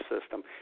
system